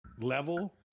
level